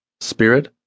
spirit